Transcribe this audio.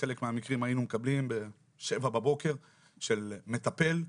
שבחלק מהמקרים היינו מקבלים בשבע בבוקר של מטפל,